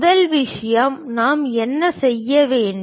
முதல் விஷயம் நாம் என்ன செய்ய வேண்டும்